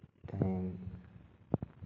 ᱛᱮᱦᱮᱧ